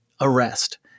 arrest